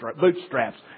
bootstraps